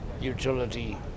utility